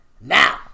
Now